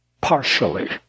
partially